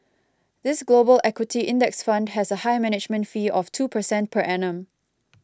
this Global equity index fund has a high management fee of two percent per annum